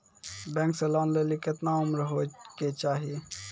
Bank से loan लेली केतना उम्र होय केचाही?